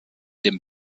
dem